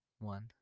One